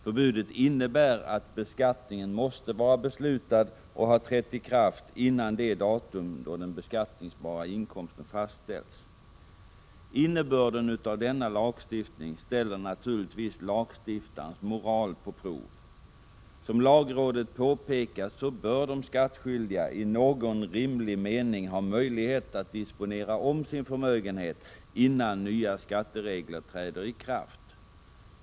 Förbudet innebär att höjningar av beskattningen måste vara beslutade och ha trätt i kraft före det datum då den beskattningsbara inkomsten fastställs. Innebörden av denna lagstiftning ställer naturligtvis lagstiftarens moral på prov. Som lagrådet påpekat bör de skattskyldiga i någon rimlig mening ha möjlighet att disponera om sin förmögenhet innan nya skatteregler träder i kraft.